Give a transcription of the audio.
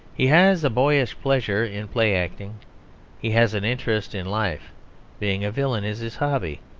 he has a boyish pleasure in play-acting he has an interest in life being a villain is his hobby.